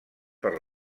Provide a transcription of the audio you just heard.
per